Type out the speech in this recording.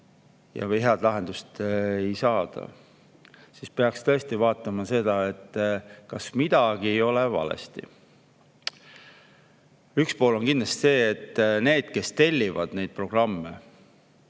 ja head lahendust ikka ei saadud, siis peaks tõesti vaatama, ega midagi ei ole valesti. Üks pool on kindlasti see, et need, kes tellivad neid programme,